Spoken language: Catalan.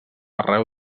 arreu